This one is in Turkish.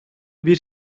bir